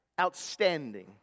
outstanding